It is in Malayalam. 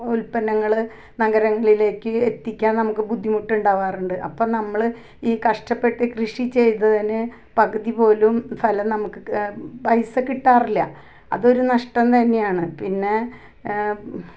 ഉൽപ്പന്നങ്ങള് നഗരങ്ങളിലേക്ക് എത്തിക്കാൻ നമുക്ക് ബുദ്ധിമുട്ടുണ്ടാകാറുണ്ട് അപ്പം നമ്മള് ഈ കഷ്ടപ്പെട്ട് കൃഷി ചെയ്തതിന് പകുതി പോലും ഫലം നമുക്ക് പൈസ കിട്ടാറില്ല അതൊരു നഷ്ടം തന്നെയാണ് പിന്നെ